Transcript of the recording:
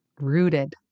rooted